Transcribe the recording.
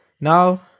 Now